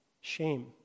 shame